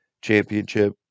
championship